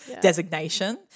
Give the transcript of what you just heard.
designation